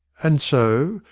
and so,